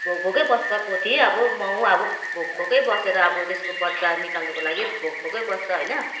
भोकभोकै बस्छ पोथी अब माउ अब भोकभोकै बसेर अब त्यसको बच्चा निकाल्नुको लागि भोकभोकै बस्छ होइन